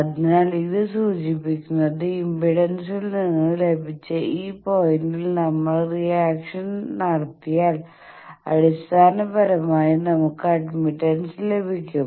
അതിനാൽ ഇത് സൂചിപ്പിക്കുന്നത് ഇംപെഡൻസിൽ നിന്ന് ലഭിച്ച ഈ പോയിന്റിൽ നമ്മൾ റിഫ്ലക്ഷൻ നടത്തിയാൽ അടിസ്ഥാനപരമായി നമുക്ക് അഡ്മിറ്റൻസ് ലഭിക്കും